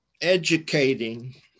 educating